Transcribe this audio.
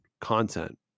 content